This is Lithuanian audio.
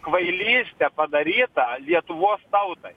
kvailystę padarytą lietuvos tautai